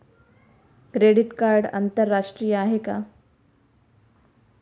Credit card आंतरराष्ट्रीय आहे का?